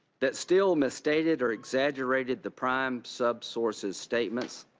that steele misstated or exaggerated the prime sub source's statement.